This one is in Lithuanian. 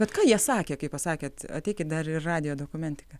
bet ką jie sakė kai pasakėt ateikit dar ir į radijo dokumentiką